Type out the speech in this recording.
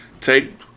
Take